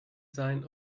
sein